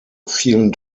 vielen